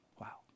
Wow